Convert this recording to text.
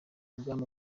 ubwami